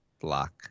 block